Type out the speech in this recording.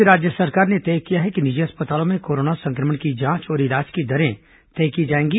इस बीच राज्य सरकार ने तय किया है कि निजी अस्पतालों में कोरोना संक्रमण की जांच और इलाज की दरें तय की जाएंगी